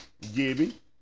Gibby